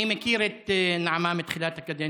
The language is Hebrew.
אני מכיר את נעמה מתחילת הקדנציה.